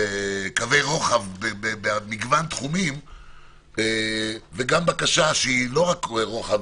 לקווי רוחב במגוון תחומים וגם בקשה שהיא לא רק רוחב,